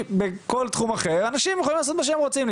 בכל תחום אחר אנשים יכולים לעשות מה שהם רוצים,